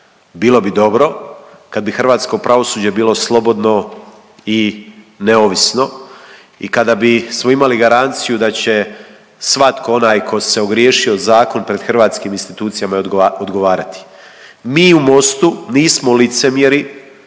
Bilo bi dobro kad bi hrvatsko pravosuđe bilo slobodno i neovisno i kada bismo imali garanciju da će svatko onaj ko se ogriješio o zakon pred hrvatskim institucijama i odgovarati. Mi u Mostu nismo licemjeri